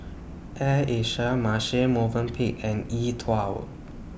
Air Asia Marche Movenpick and E TWOW